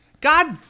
God